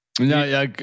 No